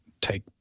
take